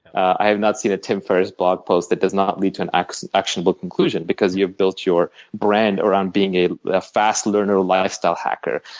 i have not seen a tim ferriss blog post that does not lead to an actionable conclusion because you've built your brand around being a fast learner lifestyle hacker.